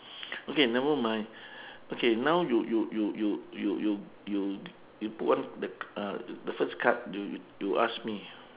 okay never mind okay now you you you you you you put one the uh the first card you you you ask me